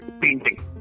painting